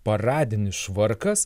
paradinis švarkas